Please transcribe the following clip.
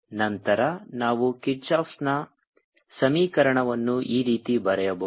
ನಂತರ ನಾವು ಕಿರ್ಚಾಫ್Kirchhoff'sನ ಸಮೀಕರಣವನ್ನು ಈ ರೀತಿ ಬರೆಯಬಹುದು